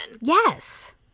Yes